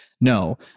no